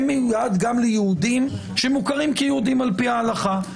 הוא מיועד גם ליהודים שמוכרים כיהודים על פי ההלכה.